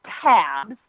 tabs